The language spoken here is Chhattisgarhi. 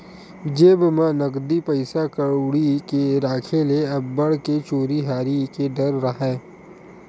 जेब म नकदी पइसा कउड़ी के राखे ले अब्बड़ के चोरी हारी के डर राहय